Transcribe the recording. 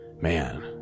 Man